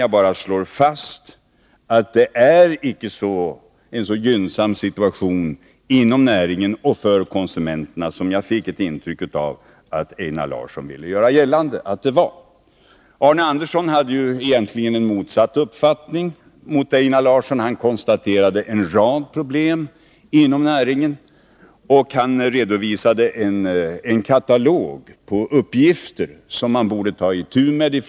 Jag bara slår fast att situationen inom näringen och för konsumenterna inte är så gynnsam som jag fick ett intryck av att Einar Larsson villa göra gällande. Arne Andersson i Ljung hade egentligen en motsatt uppfattning mot Einar Larsson. Han konstaterade en rad problem inom näringen och redovisade en katalog på uppgifter som regeringen borde ta itu med.